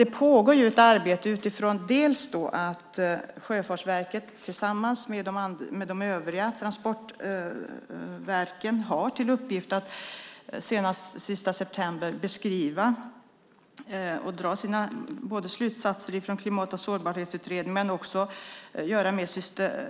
Det pågår ett arbete utifrån att Sjöfartsverket tillsammans med övriga transportverk har i uppgift att senast den 30 september beskriva och dra slutsatser av Klimat och sårbarhetsutredningen men också göra mer